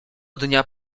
dnia